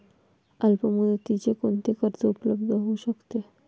अल्पमुदतीचे कोणते कर्ज उपलब्ध होऊ शकते?